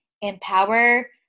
empower